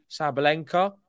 Sabalenka